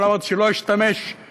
אבל אני אמרתי שאני לא אשתמש באנלוגיות,